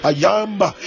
Ayamba